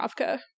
Ravka